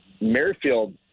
Merrifield